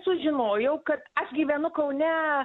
sužinojau kad aš gyvenu kaune